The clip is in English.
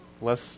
less